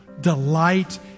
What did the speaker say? delight